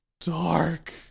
dark